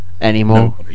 anymore